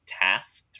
tasked